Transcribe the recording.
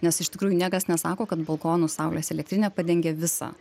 nes iš tikrųjų niekas nesako kad balkonų saulės elektrinė padengia visą